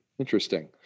Interesting